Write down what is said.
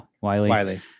Wiley